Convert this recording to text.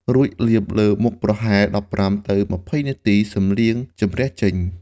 រួចលាបលើមុខប្រហែល ១៥ ទៅ ២០ នាទី សឹមលាងជម្រះចេញ។